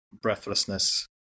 breathlessness